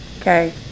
okay